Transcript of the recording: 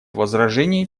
возражений